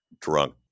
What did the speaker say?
drunk